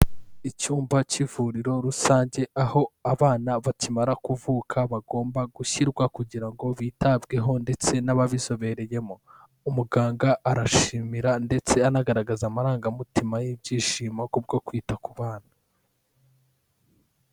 Icyumba cy'ivuriro rusange aho abana bakimara kuvuka bagomba gushyirwa kugira ngo bitabweho ndetse n'ababizobereyemo, umuganga arashimira ndetse anagaragaza amarangamutima y'ibyishimo kubwo kwita ku bana.